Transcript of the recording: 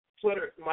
Twitter